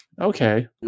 Okay